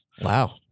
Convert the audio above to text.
Wow